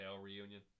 reunion